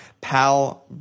Pal